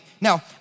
Now